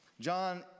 John